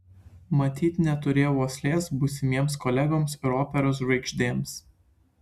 matyt neturėjau uoslės būsimiems kolegoms ir operos žvaigždėms